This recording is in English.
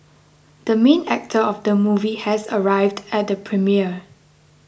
the main actor of the movie has arrived at the premiere